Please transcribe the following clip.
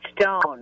Stone